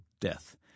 death